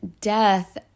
death